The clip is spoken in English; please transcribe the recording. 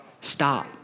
stop